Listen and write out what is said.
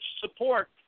support